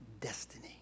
destiny